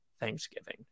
Thanksgiving